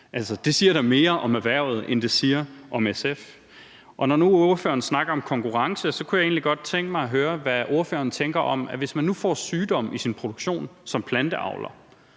Det siger da mere om erhvervet, end det siger om SF. Og når nu ordføreren snakker om konkurrence, kunne jeg egentlig godt tænke mig høre, hvad ordføreren tænker om, at hvis man nu får sygdom i produktion som planteavler,